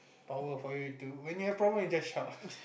power for you to when you have problem you just shout